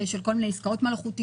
של כל מיני עסקאות מלאכותיות,